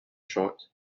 short